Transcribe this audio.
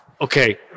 Okay